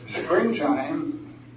springtime